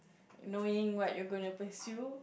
knowing what you're gonna pursue